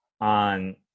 on